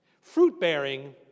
Fruit-bearing